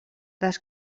les